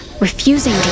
refusing